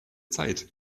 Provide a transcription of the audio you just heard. zeit